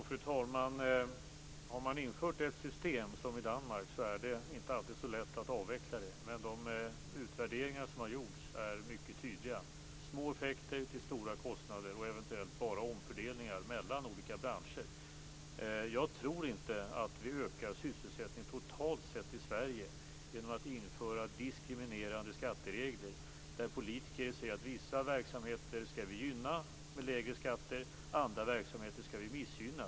Fru talman! Har man infört ett system, som i Danmark, är det inte alltid så lätt att avveckla det. Men de utvärderingar som har gjorts är mycket tydliga: små effekter till stora kostnader och eventuellt bara omfördelningar mellan olika branscher. Jag tror inte att vi ökar sysselsättningen totalt sett i Sverige genom att införa diskriminerande skatteregler, genom att politiker säger att man skall gynna vissa verksamheter med lägre skatter och missgynna andra verksamheter.